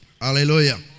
Hallelujah